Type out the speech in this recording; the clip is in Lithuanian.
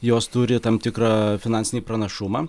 jos turi tam tikrą finansinį pranašumą